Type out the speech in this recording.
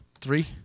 three